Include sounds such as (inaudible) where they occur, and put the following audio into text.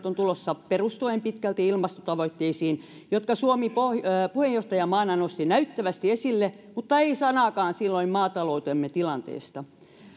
(unintelligible) on tulossa rankat leikkaukset perustuen pitkälti ilmastotavoitteisiin jotka suomi puheenjohtajamaana nosti näyttävästi esille mutta ei sanaakaan silloin maataloutemme tilanteesta